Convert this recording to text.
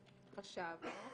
חשבנו,